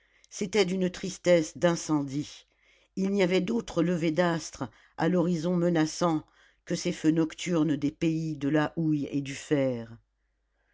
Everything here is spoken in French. c'était d'une tristesse d'incendie il n'y avait d'autres levers d'astres à l'horizon menaçant que ces feux nocturnes des pays de la houille et du fer